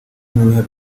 n’uruhare